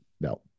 no